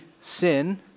sin